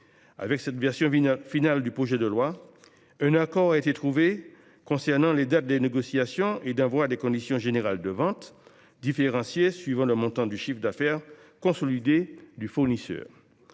de la version finale du projet de loi, un accord a été trouvé sur les dates des négociations et d’envoi des conditions générales de vente, différenciées selon le chiffre d’affaires consolidé du fournisseur.